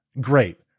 great